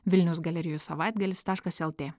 vilniaus galerijų savaitgalis taškas lt